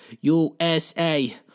USA